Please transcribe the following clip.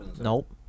Nope